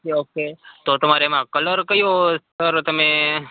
okay okay તો તમારે એમાં કલર કયો સર તમે